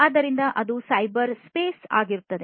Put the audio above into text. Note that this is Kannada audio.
ಆದ್ದರಿಂದ ಅದು ಸೈಬರ್ ಸ್ಪೇಸ್ ಆಗುತ್ತದೆ